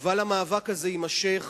אבל המאבק הזה יימשך.